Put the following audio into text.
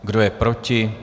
Kdo je proti?